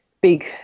big